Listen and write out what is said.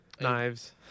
knives